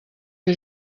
que